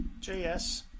js